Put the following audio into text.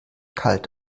kalt